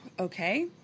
okay